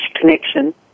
connection